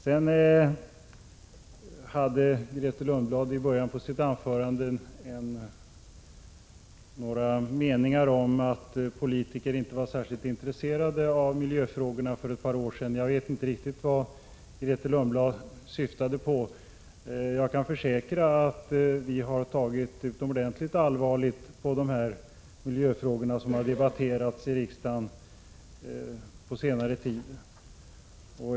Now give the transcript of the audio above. I början av sitt anförande hade Grethe Lundblad några meningar om att politiker inte var särskilt intresserade av miljöfrågorna för ett par år sedan. Jag vet inte riktigt vad hon syftade på. Jag kan försäkra att vi har tagit utomordentligt allvarligt på de miljöfrågor som har debatterats i riksdagen på senare tid.